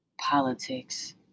politics